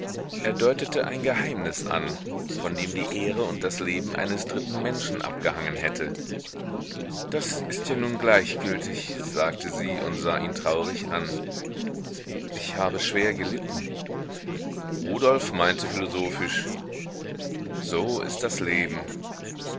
er deutete ein geheimnis an von dem die ehre und das leben eines dritten menschen abgehangen hätte das ist ja nun gleichgültig sagte sie und sah ihn traurig an ich habe schwer gelitten rudolf meinte philosophisch so ist das leben